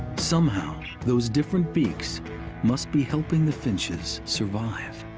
somehow those different beaks must be helping the finches survive.